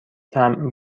طعم